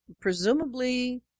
presumably